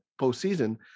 postseason